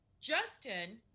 Justin